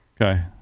Okay